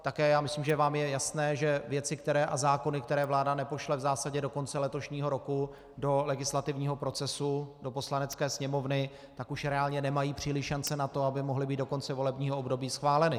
Také myslím vám je jasné, že věci a zákony, které vláda nepošle v zásadě do konce letošního roku do legislativního procesu do Poslanecké sněmovny, tak už reálně nemají příliš šancí na to, aby mohly být do konce volebního období schváleny.